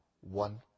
one